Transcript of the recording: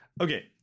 okay